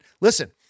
Listen